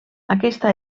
aquesta